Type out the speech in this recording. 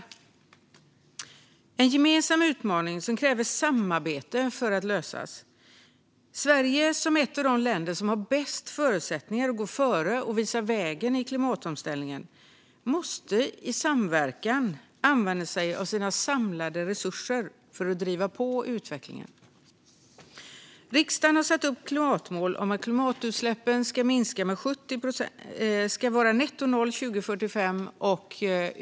Det är en gemensam utmaning som kräver samarbete för att lösas. Sverige som ett av de länder som har bäst förutsättningar att gå före och visa vägen i klimatomställningen måste i samverkan använda sig av sina samlade resurser för att driva på utvecklingen. Riksdagen har satt upp klimatmål om nettonollutsläpp 2045.